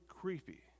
creepy